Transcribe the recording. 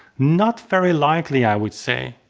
not very likely i would say.